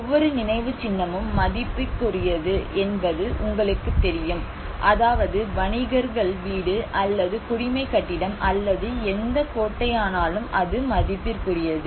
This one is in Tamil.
ஒவ்வொரு நினைவுச்சின்னமும் மதிப்புக்குரியது என்பது உங்களுக்குத் தெரியும் அதாவது வணிகர்கள் வீடு அல்லது குடிமை கட்டிடம் அல்லது எந்த கோட்டையானாலும் அது மதிப்புக்குரியது